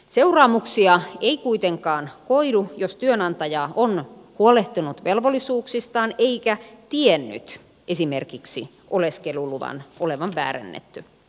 seuraamuksia ei kuitenkaan koidu jos työnantaja on huolehtinut velvollisuuksistaan eikä tiennyt esimerkiksi oleskeluluvan olevan väärennetty